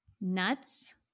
nuts